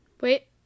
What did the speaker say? Wait